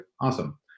awesome